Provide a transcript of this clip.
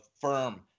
firm